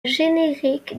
générique